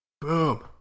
Boom